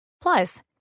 Plus